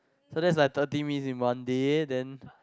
so that's like thirty minutes in one day then